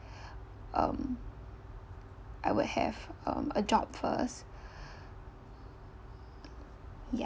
um I will have um a job first ya